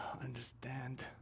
understand